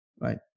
right